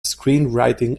screenwriting